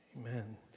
Amen